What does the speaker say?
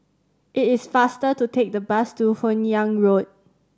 it is faster to take the bus to Hun Yeang Road